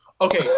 okay